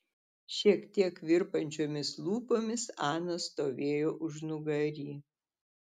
šiek tiek virpančiomis lūpomis ana stovėjo užnugary